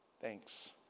Thanks